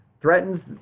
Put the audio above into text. threatens